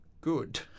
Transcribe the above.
good